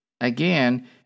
Again